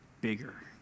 bigger